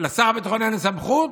לשר הביטחון אין סמכות,